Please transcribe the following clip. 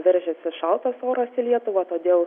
veržiasi šaltas oras į lietuvą todėl